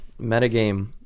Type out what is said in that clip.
metagame